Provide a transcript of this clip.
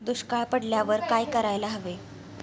दुष्काळ पडल्यावर काय करायला हवे?